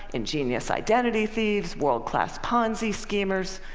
ingenious identity thieves, world-class ponzi schemers,